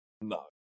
no